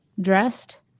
dressed